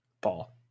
Paul